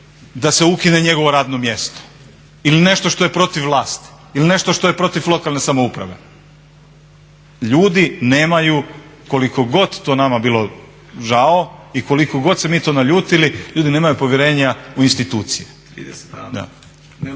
da se ukine njegovo radno mjesto, ili nešto što je protiv vlasti, ili nešto što je protiv lokalne samouprave. Ljudi nemaju koliko god to nama bilo žao i koliko god se mi to naljutili ljudi nemaju povjerenja u institucije.